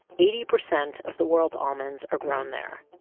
eighty percent of the world's almonds are grown there.